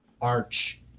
arch